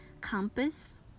compass